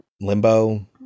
Limbo